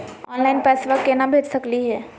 Online पैसवा केना भेज सकली हे?